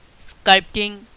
sculpting